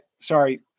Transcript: Sorry